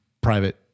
private